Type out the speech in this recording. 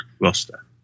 roster